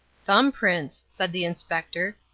thumb-prints, said the inspector.